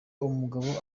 umugabo